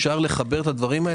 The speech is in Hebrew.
אפשר לחבר את הדברים ה.